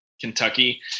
Kentucky